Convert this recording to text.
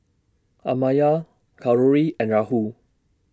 Amartya Kalluri and Rahul